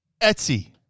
Etsy